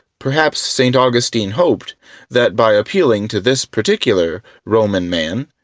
perhaps st. augustine hoped that by appealing to this particular roman man,